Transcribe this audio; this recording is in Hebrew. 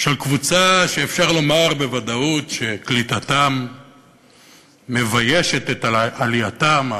של קבוצה שאפשר לומר בוודאות שקליטתם מביישת את עלייתם ההירואית.